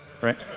right